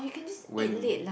when